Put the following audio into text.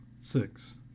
six